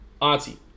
auntie